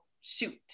shoot